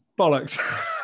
bollocks